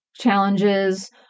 challenges